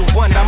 one